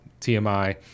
TMI